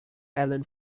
alan